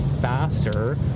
faster